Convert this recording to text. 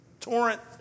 torrent